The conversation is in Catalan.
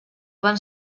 van